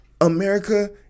America